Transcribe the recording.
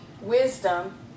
wisdom